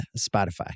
Spotify